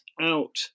out